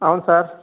అవును సార్